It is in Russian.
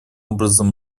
образом